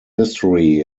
history